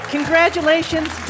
Congratulations